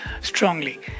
strongly